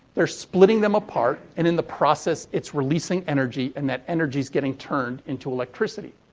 they're splitting them apart, and, in the process, it's releasing energy, and that energy's getting turned into electricity.